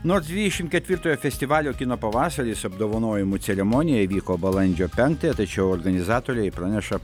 nors dvidešim ketvirtojo festivalio kino pavasaris apdovanojimų ceremonija įvyko balandžio penktąją tačiau organizatoriai praneša